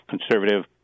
conservative